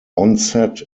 onset